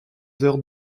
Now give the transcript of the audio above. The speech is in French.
heures